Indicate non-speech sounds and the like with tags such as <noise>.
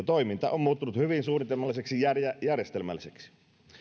<unintelligible> toiminta on muuttunut hyvin suunnitelmalliseksi ja järjestelmälliseksi